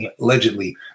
allegedly